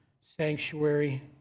sanctuary